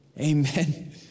Amen